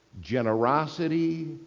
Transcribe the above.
generosity